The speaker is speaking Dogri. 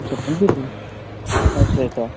तुसें बीह् बंदे अच्छा अच्छा